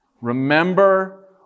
Remember